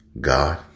God